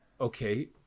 okay